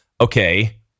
okay